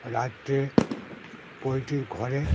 রাত্রে পোলট্রির ঘরে